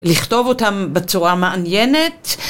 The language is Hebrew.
לכתוב אותם בצורה מעניינת.